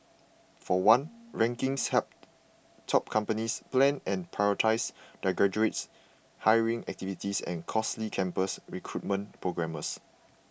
for one rankings help top companies plan and prioritise their graduates hiring activities and costly campus recruitment programmes